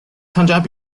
参加